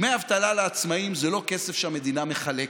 דמי אבטלה לעצמאים זה לא כסף שהמדינה מחלקת,